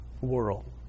world